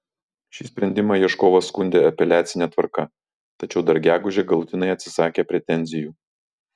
šį sprendimą ieškovas skundė apeliacine tvarka tačiau dar gegužę galutinai atsisakė pretenzijų